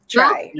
Try